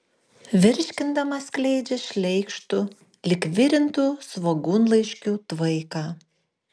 virškindama skleidžia šleikštu lyg virintų svogūnlaiškių tvaiką